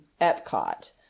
Epcot